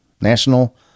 National